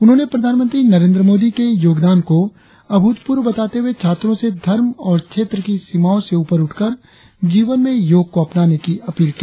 उन्होंने प्रधानमंत्री नरेंद्र मोदी के योगदान को अभूतपूर्व बताते हुए छात्रों से धर्म और क्षेत्र की सीमाओं से उपर उठकर जीवन में योग अपनाने की अपील की